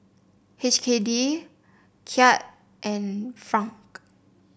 H K D Kyat and franc